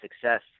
success